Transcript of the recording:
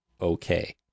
okay